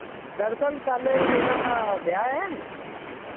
दरअसल कल मेरा ब्याह् ऐ